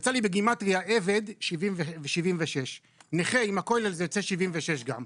יצא לי בגימטריה עבד, 76. נכה זה יוצא 76 גם.